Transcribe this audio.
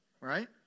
right